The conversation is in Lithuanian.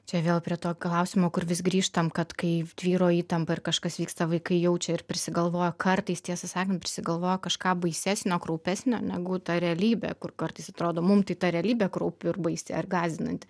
čia vėl prie to klausimo kur vis grįžtam kad kai tvyro įtampa ir kažkas vyksta vaikai jaučia ir prisigalvoja kartais tiesą sakant prisigalvoja kažką baisesnio kraupesnio negu ta realybė kur kartais atrodo mum tai ta realybė kraupi ir baisi ar gąsdinanti